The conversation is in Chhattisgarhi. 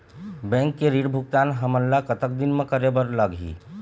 बैंक के ऋण भुगतान हमन ला कतक दिन म करे बर लगही?